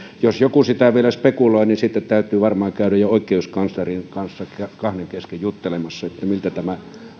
jos joku sitä vielä spekuloi niin sitten täytyy varmaan käydä jo oikeuskanslerin kanssa kahden kesken juttelemassa miltä tämä